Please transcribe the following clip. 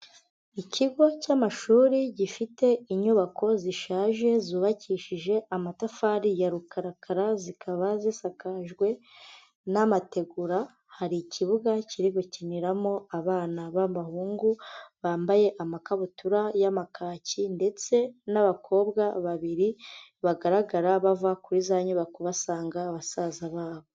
Ikigo cy'amashuri gifite inyubako zishaje zubakishije amatafari ya rukarakara. Zikaba zisakajwe n'amategura. Hari ikibuga kiri gukiniramo abana b'abahungu bambaye amakabutura y'amakaki, ndetse n'abakobwa babiri bagaragara bava kuri za nyubako basanga basaza babo.